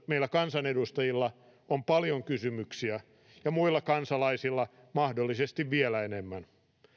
meillä kansanedustajilla on paljon kysymyksiä ja muilla kansalaisilla mahdollisesti vielä enemmän